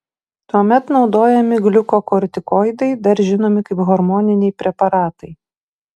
tuomet naudojami gliukokortikoidai dar žinomi kaip hormoniniai preparatai